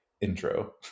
intro